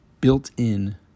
built-in